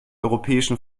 europäischen